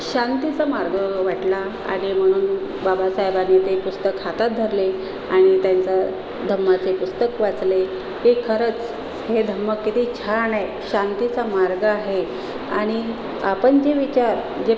शांतीचा मार्ग वाटला आणि म्हणून बाबासाहेबांनी ते पुस्तक हातात धरले आणि त्यांचा धम्माचे पुस्तक वाचले ते खरंच हे धम्म किती छान आहे शांतीचा मार्ग आहे आणि आपण जे विचार जे